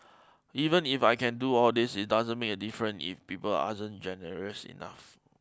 even if I can do all this it doesn't make a different if people generous enough